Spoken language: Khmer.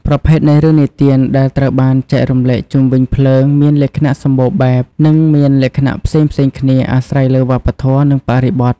ប្រភេទនៃរឿងនិទានដែលត្រូវបានចែករំលែកជុំវិញភ្លើងមានលក្ខណៈសម្បូរបែប និងមានលក្ខណៈផ្សេងៗគ្នាអាស្រ័យលើវប្បធម៌ និងបរិបទ។